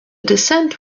descent